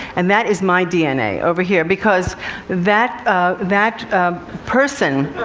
and that is my dna over here, because that that person